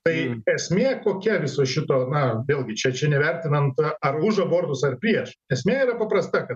tai esmė kokia viso šito na vėlgi čia čia nėra nevertinant ar už abortus ar prieš esmė yra paprasta kad